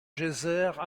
geysers